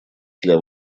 для